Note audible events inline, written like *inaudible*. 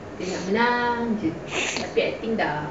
*breath*